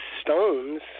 stones